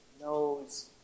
knows